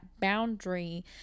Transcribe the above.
boundary